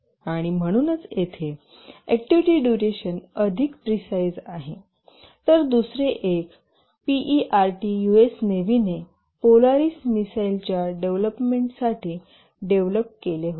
आणि म्हणूनच येथे ऍक्टिव्हिटी डुरेशन अधिक प्रिसाईज आहेत तर दुसरे एक पीईआरटी यूएस नेव्हीने पोलारिस मिसाइलच्या डेव्हलोपमेंटसाठी डेव्हलप केले होते